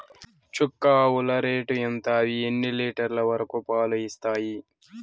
చుక్క ఆవుల రేటు ఎంత? అవి ఎన్ని లీటర్లు వరకు పాలు ఇస్తాయి?